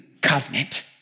covenant